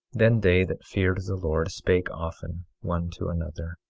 then they that feared the lord spake often one to another,